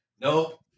nope